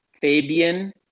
Fabian